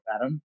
Adam